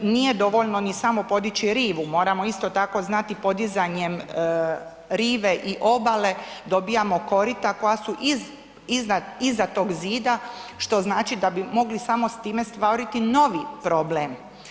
Nije dovoljno ni samo podići rivu, moramo isto tako znati, podizanjem rive i obale dobijamo korita koja su iza tog zida što znači da bi mogli samo s time stvoriti novi problem.